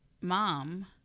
mom